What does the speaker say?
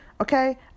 Okay